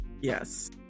yes